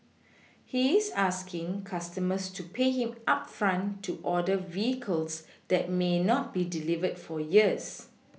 he's asking customers to pay him upfront to order vehicles that may not be delivered for years